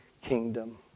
kingdom